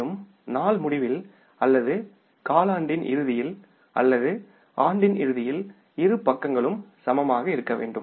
மேலும் நாள் முடிவில் அல்லது காலாண்டின் இறுதியில் அல்லது ஆண்டின் இறுதியில் இரு பக்கங்களும் சமமாக இருக்க வேண்டும்